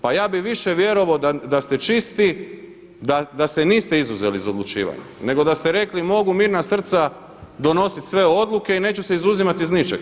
Pa ja bih više vjerovao da ste čisti, da se niste izuzeli iz odlučivanja, nego da ste rekli mogu mirna srca donositi sve odluke i neću se izuzimati iz ničega.